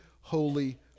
holy